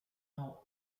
now